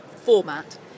format